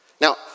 Now